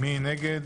מי נגד?